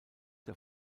der